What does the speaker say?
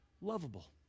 lovable